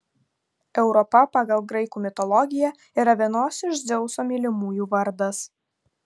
europa pagal graikų mitologiją yra vienos iš dzeuso mylimųjų vardas